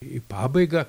į pabaigą